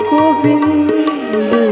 Govind